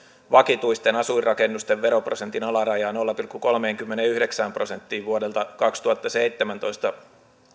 vakituisten asuinrakennusten veroprosentin alarajaa nolla pilkku kolmeenkymmeneenyhdeksään prosenttiin vuodelta kaksituhattaseitsemäntoista